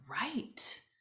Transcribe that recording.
right